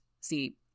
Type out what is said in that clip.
See